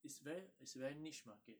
it's ver~ it's a very niche market